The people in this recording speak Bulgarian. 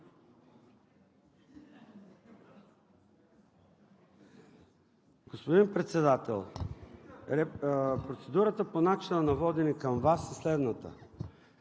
Господин Председател, процедурата по начина на водене към Вас е следната: